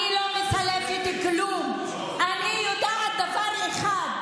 אני לא מסלפת כלום, אני יודעת דבר אחד,